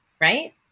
right